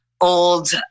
old